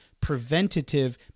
preventative